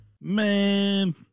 Man